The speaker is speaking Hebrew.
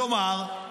כלומר,